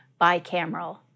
bicameral